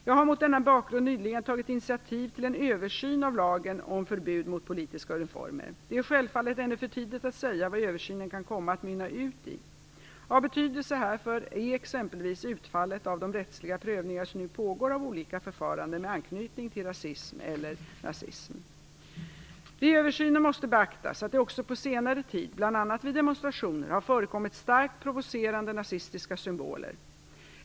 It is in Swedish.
Jag har mot denna bakgrund nyligen tagit initiativ till en översyn av lagen om förbud mot politiska uniformer. Det är självfallet ännu för tidigt att säga vad översynen kan komma att mynna ut i. Av betydelse härför är exempelvis utfallet av de rättsliga prövningar som nu pågår av olika förfaranden med anknytning till rasism eller nazism. Vid översynen måste beaktas att det också på senare tid, bl.a. vid demonstrationer, har förekommit starkt provocerande nazistiska symboler.